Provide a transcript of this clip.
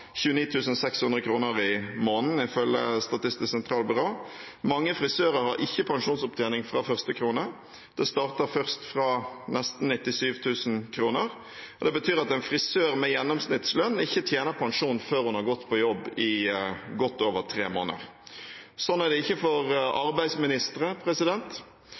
i måneden, ifølge Statistisk sentralbyrå. Mange frisører har ikke pensjonsopptjening fra første krone. Det starter først fra nesten 97 000 kr. Det betyr at en frisør med gjennomsnittslønn ikke tjener pensjon før hun har gått på jobb i godt over tre måneder. Sånn er det ikke for